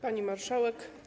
Pani Marszałek!